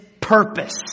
purpose